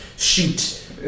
Shoot